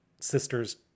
sister's